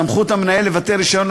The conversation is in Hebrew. סמכות המנהל לבטל רישיון,